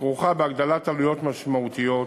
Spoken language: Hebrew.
כרוכה בהגדלת עלויות משמעותית,